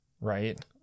Right